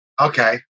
Okay